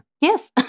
Yes